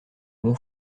bon